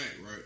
right